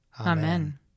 Amen